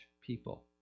people